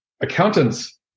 Accountants